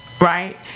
right